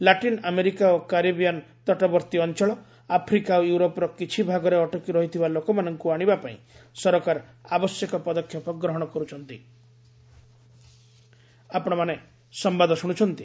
latrine America ଓ Caribbean ତଟବର୍ତୀ ଅଂଚଳ ଆଫ୍ରିକା ଓ ୟୁରୋପର କିଛି ଭାଗରେ ଅଟକି ରହିଥିବା ଲୋକମାନଙ୍କୁ ଆଶିବା ପାଇଁ ସରକାର ଆବଶ୍ୟକ ପଦକ୍ଷେପ ଗ୍ରହଣ କର୍ଚ୍ଛନ୍ତି